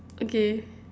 okay